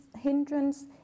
hindrance